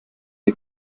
ihr